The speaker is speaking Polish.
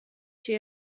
się